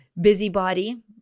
busybody